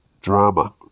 drama